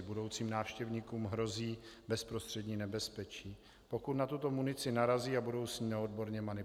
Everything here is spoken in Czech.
Budoucím návštěvníkům hrozí bezprostřední nebezpečí, pokud na tuto munici narazí a budou s ní neodborně manipulovat.